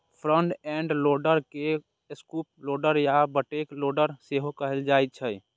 front end loader के scoop loader या bucket loader सेहो कहल जाइ छै